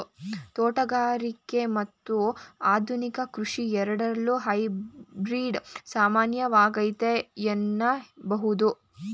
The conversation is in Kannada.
ತೋಟಗಾರಿಕೆ ಮತ್ತು ಆಧುನಿಕ ಕೃಷಿ ಎರಡರಲ್ಲೂ ಹೈಬ್ರಿಡ್ ಸಾಮಾನ್ಯವಾಗೈತೆ ಎನ್ನಬಹುದು